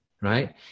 right